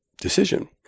decision